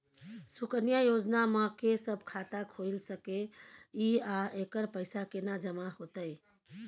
सुकन्या योजना म के सब खाता खोइल सके इ आ एकर पैसा केना जमा होतै?